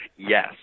Yes